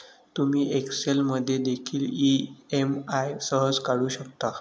तुम्ही एक्सेल मध्ये देखील ई.एम.आई सहज काढू शकता